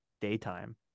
daytime